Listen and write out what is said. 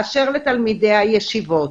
באשר לתלמידי הישיבות,